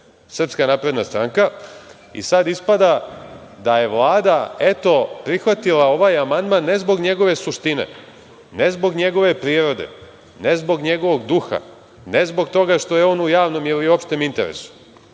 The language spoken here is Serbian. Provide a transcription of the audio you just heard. poslaničke grupe SNS i sada ispada da je Vlada eto prihvatila ovaj amandman ne zbog njegove suštine, ne zbog njegove prirode, ne zbog njegovog duha, ne zbog toga što je on u javnom ili opštem interesu,